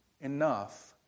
enough